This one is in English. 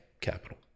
capital